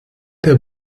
der